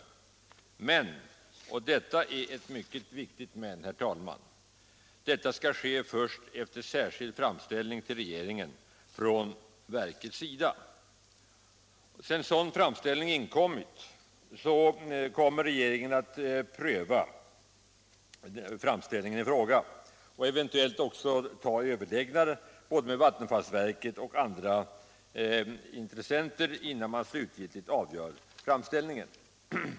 Men — och detta är ett mycket viktigt men, herr talman — detta skall ske först efter särskild framställning till regeringen från verket. När sådan framställning inkommit kommer regeringen att pröva den och eventuellt också ha överläggningar med vattenfallsverket och andra intressenter innan man slutgiltigt fattar beslut om framställningen.